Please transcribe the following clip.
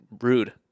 rude